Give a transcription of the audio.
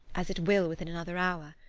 as it will within another hour.